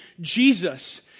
Jesus